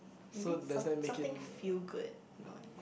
maybe some something feel good you know